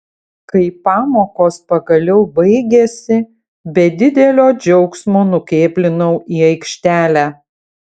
kai pamokos pagaliau baigėsi be didelio džiaugsmo nukėblinau į aikštelę